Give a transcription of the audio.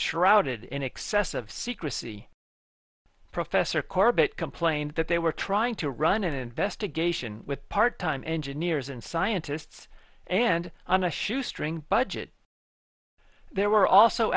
shrouded in excess of secrecy professor corbett complained that they were trying to run an investigation with part time engineers and scientists and on a shoestring budget there were also